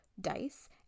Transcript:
dice